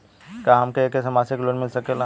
का हमके ऐसे मासिक लोन मिल सकेला?